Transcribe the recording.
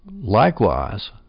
likewise